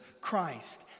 Christ